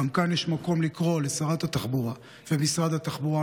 כאן גם יש מקום לקרוא לשרת התחבורה ומשרד התחבורה.